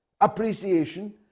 appreciation